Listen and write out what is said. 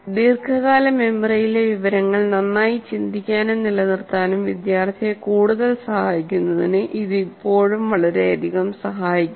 ദീർഘകാല മെമ്മറിയിലെ വിവരങ്ങൾ നന്നായി ചിന്തിക്കാനും നിലനിർത്താനും വിദ്യാർത്ഥിയെ കൂടുതൽ സഹായിക്കുന്നതിന് ഇത് ഇപ്പോഴും വളരെയധികം സഹായിക്കുന്നു